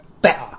better